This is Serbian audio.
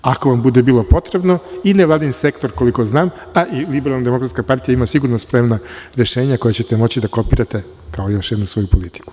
Ako vam bude bilo potrebno, i nevladin sektor, koliko znam, pa i LDP, ima sigurno spremna rešenja koja ćete moći da kopirate kao još jednu svoju politiku.